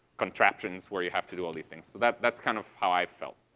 contraptions where you have to do all these things. so that's that's kind of how i felt.